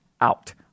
out